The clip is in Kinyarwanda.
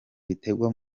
bitegwa